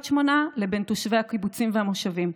שמונה לבין תושבי הקיבוצים והמושבים.